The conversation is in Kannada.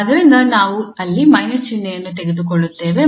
ಆದ್ದರಿಂದ ನಾವು ಅಲ್ಲಿ ಮೈನಸ್ ಚಿಹ್ನೆಯನ್ನು ತೆಗೆದುಕೊಳ್ಳುತ್ತೇವೆ